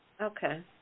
Okay